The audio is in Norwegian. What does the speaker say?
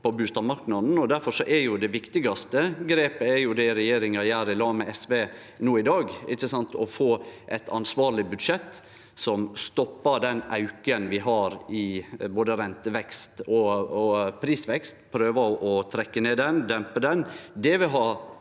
på bustadmarknaden. Difor er det viktigaste grepet det regjeringa gjer i lag med SV no i dag, å få eit ansvarleg budsjett som stoppar den auken vi har i både rentevekst og prisvekst, prøver å trekkje ned og dempe han.